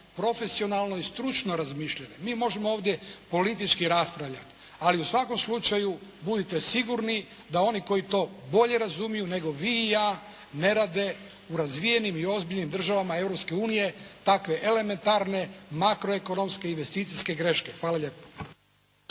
profesionalno i stručno razmišljale. Mi možemo ovdje politički raspravljati, ali u svakom slučaju budite sigurni da oni koji to bolje razumiju nego vi i ja ne rade u razvijenim i ozbiljnim državama Europske unije takve elementarne makroekonomske investicijske greške. Hvala lijepo.